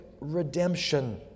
redemption